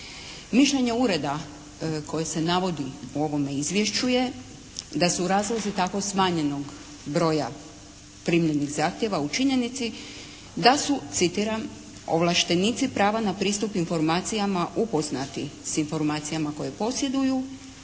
Mišljenje ureda koje se navodi u ovome izvješću je da su razlozi tako smanjenog broja primljenih zahtjeva u činjenici da su citiram: Ovlaštenici prava na pristup informacijama upoznati s informacijama koje posjeduju